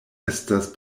estas